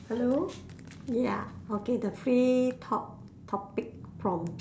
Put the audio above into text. hello ya okay the free talk topic prompt